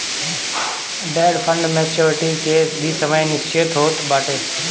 debt fund maturity के भी समय निश्चित होत बाटे